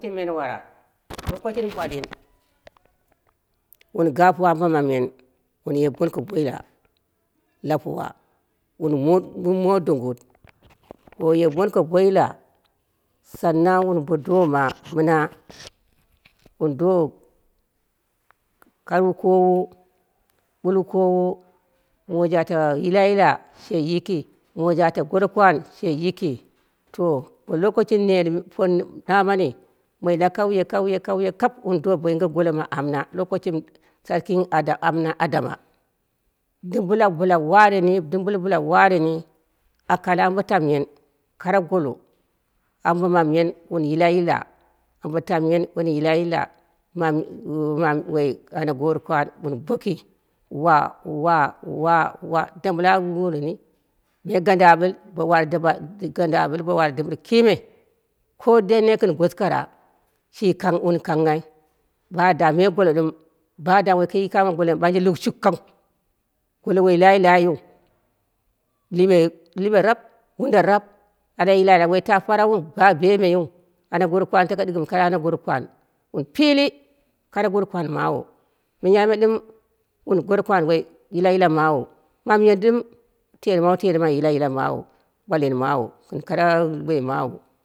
Ki menwara lokoshim gabin, wun ga puwa ambo mamyen, wunye bonka boila lapuwa wun wum moot dongngɨt, boyue bonko boila sannan wun bo doma mɨna wundo kau kowo wun kowo lowoije ato yilayila she yiki, lowoiji ato gorokwan she yiki. To bo loshimi por namani moi la kauye kauye kauye kap wun do bo yinghe golo ma amna, lokashimi sarkin amma adama. Ɗɨmbɨl bɨla wareni, dɨmbɨl bɨla wareni, aka al kare ambo tamyen koro golo ambo manyen wun yila yila ambo tamyen wun yila yila mu woi ana goro kwan wu boki wa wa wa wa ɗimbɨl a wumeni ge gangaɓil bo wai ɗɨmbɨl kime ko dai nene gɨn goskara shi kang wun kanghai badama moi golo ɗɨm bada woi golo ki mɨ ɓanjeu lukshukau, golo ki mɨ ɓanjeu lukshukkau, golo woi layi layin liɓe, liɓe raap, dumbo raap ana yila yila woi ta parauwuu da bemeiyiu, ana gorakwan wun pili kare kare gorokwan mawu miyai me dɨm wun gorokwan woi yila yila mawu, mamyen ɗɨm teghlɨma teghlɨma ɓwahin mawu gɨn kara woi mawu.